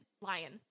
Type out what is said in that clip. lion